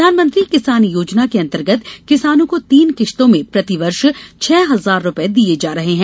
प्रधानमंत्री किसान योजना के अन्तगर्त किसानों को तीन किस्तों में प्रतिवर्ष छह हजार रूपये दिए जा रहे हैं